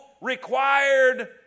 required